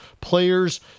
players